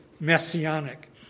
messianic